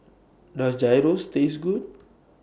Does Gyros Taste Good